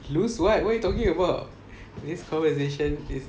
lose what what are you talking about this conversation is